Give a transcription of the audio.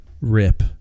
Rip